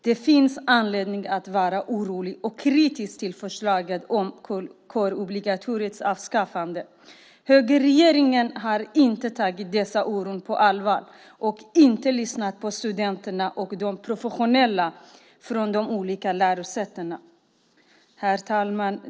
Det finns anledning att vara orolig och kritisk till förslaget om kårobligatoriets avskaffande. Högerregeringen har inte tagit denna oro på allvar och inte lyssnat på studenterna och de professionella vid de olika lärosätena. Herr talman!